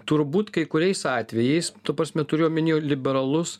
turbūt kai kuriais atvejais ta prasme turiu omeny liberalus